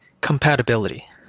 Compatibility